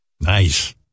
Nice